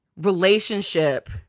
relationship